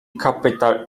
capital